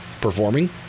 performing